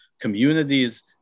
communities